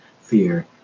fear